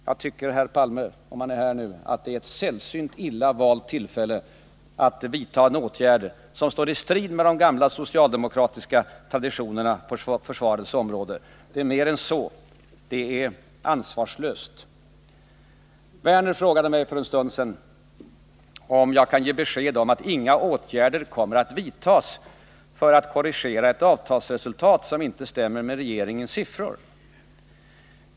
Jag tycker, herr Palme, att detta är ett sällsynt illa valt tillfälle att vidta åtgärder som står i strid med de gamla socialdemokratiska traditionerna på försvarets område. Det är mer än så, det är ansvarslöst. Lars Werner frågade mig för en stund sedan om jag kunde ge besked om att inga åtgärder skulle komma att vidtas för att korrigera ett avtalsresultat som inte stämmer med regeringens siffror.